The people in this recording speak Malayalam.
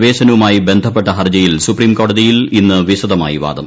പ്രവേശനവുമായി ബന്ധിപ്പെട്ട ഹർജിയിൽ സുപ്രീം കോടതിയിൽ ഇന്ന് പ്പീശ്ദമായി വാദം